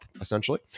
essentially